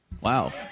Wow